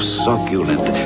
succulent